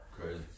Crazy